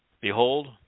Behold